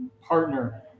partner